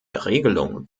regelung